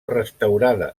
restaurada